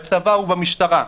בצבא במשטרה ועוד,